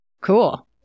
Cool